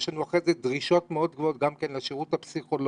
יש לנו אחרי זה דרישות מאוד גבוהות גם מהשירות הפסיכולוגי,